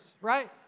Right